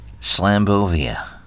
Slambovia